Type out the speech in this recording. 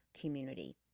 community